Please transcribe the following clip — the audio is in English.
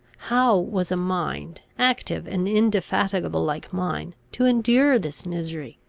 how was a mind, active and indefatigable like mine, to endure this misery?